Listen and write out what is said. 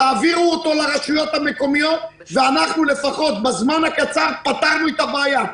תעבירו אותו לרשויות המקומיות ואנחנו לפחות בזמן הקצר נפתור את הבעיה.